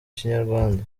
kinyarwanda